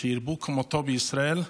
שירבו כמותו בישראל.